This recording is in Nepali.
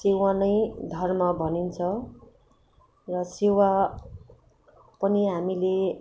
सेवा नै धर्म भनिन्छ र सेवा पनि हामीले